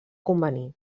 convenir